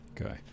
Okay